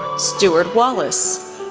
stuart wallace,